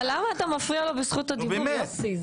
למה אתה מפריע לו בזכות הדיבור, יוסי?